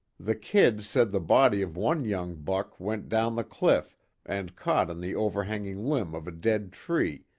the kid said the body of one young buck went down the cliff and caught on the over-hanging limb of a dead tree,